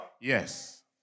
Yes